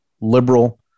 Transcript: liberal